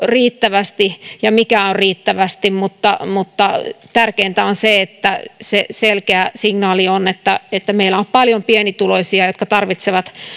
riittävästi ja mikä on riittävästi mutta mutta tärkeintä on se että on selkeä signaali että että meillä on paljon pienituloisia jotka tarvitsevat